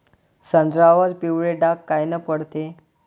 संत्र्यावर पिवळे डाग कायनं पडते?